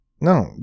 No